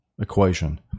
equation